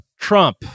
Trump